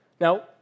Now